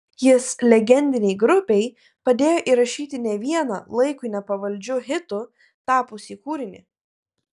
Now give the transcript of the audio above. jis legendinei grupei padėjo įrašyti ne vieną laikui nepavaldžiu hitu tapusį kūrinį